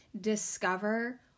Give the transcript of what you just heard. Discover